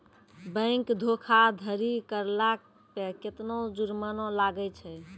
Bank धोखाधड़ी करला पे केतना जुरमाना लागै छै?